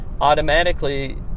automatically